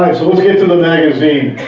um so let's get to the magazine.